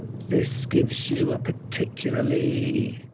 this gives you a particularly,